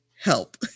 help